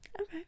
Okay